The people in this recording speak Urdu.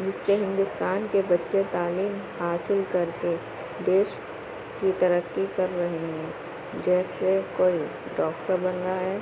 جس سے ہندوستان کے بچے تعلیم حاصل کر کے دیش کی ترقی کر رہے ہیں جیسے کوئی ڈاکٹر بن رہا ہے